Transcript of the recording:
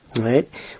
right